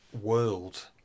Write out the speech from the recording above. world